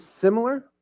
similar